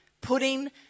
putting